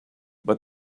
but